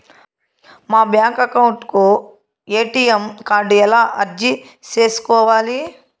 మా bank account కు ATM card ఎలా అర్జీ సేసుకోవాలి?